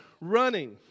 running